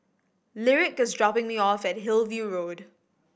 Lyric is dropping me off at Hillview Road